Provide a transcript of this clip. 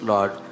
Lord